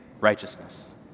righteousness